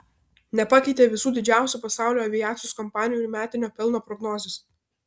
nepakeitė visų didžiausių pasaulio aviacijos kompanijų metinio pelno prognozės